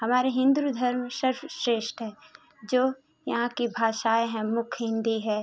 हमारे हिन्दू धर्म सर्वश्रेष्ठ है जो यहाँ की भाषाएँ हैं मुख्य हिन्दी है